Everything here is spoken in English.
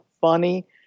funny